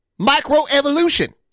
microevolution